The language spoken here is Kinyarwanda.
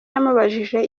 yamubajije